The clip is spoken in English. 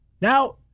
Now